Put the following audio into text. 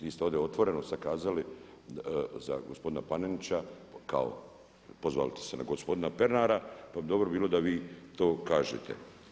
Vi ste ovdje otvoreno sada kazali za gospodina Panenića, kao pozvali ste se na gospodina Pernara pa bi dobro bilo da vi to kažete.